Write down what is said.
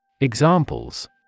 Examples